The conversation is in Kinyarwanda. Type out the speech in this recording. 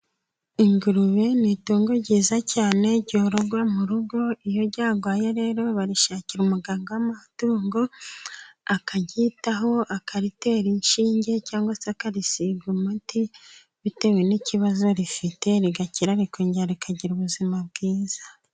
Ingurube ni itungo ryiza cyane ryororwa mu rugo, iyo ryarwaye rero barishakira umuganga w'amatungo akaryitaho, akaritera inshinge, cyangwa se akarisiga umuti, bitewe n'ikibazo rifite, rigakira rikongera rikagira ubuzima bwiza.